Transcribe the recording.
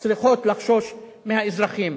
צריכות לחשוש מהאזרחים.